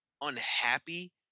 unhappy